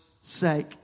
sake